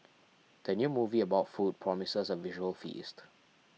the new movie about food promises a visual feast